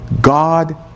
God